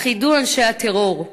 אך ידעו אנשי הטרור: